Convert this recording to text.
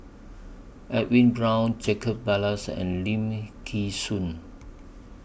Edwin Brown Jacob Ballas and Lim Nee Soon